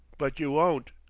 but you won't,